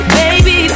baby